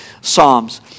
psalms